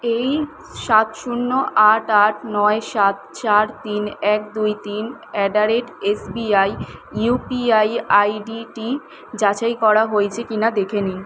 এই সাত শূন্য আট আট নয় সাত চার তিন এক দুই তিন at the rate SBI UPI আইডিটি যাচাই করা হয়েছে কিনা দেখে নিন